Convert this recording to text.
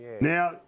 Now